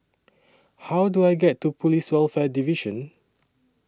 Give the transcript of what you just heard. How Do I get to Police Welfare Division